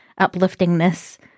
upliftingness